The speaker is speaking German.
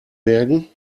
bergen